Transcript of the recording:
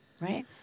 right